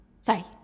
sorry